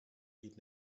geht